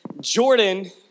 Jordan